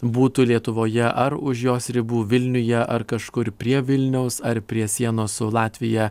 būtų lietuvoje ar už jos ribų vilniuje ar kažkur prie vilniaus ar prie sienos su latvija